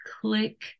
click